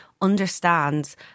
understands